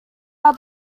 are